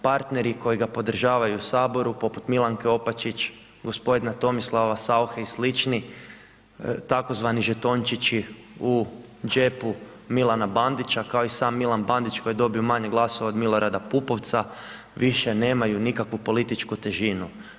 Partneri koji ga podržavaju u Saboru, poput Milanke Opačić, gospodina Tomislava Sauche i sl. tzv. žetončići u džepu Milana Bandića kao i sam Milan Bandić koji je dobio manje glasova od Milorada Pupovca više nemaju nikakvu političku težinu.